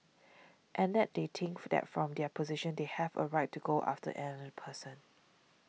and that they think that from their position they have a right to go after another person